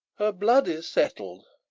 her blood is settled,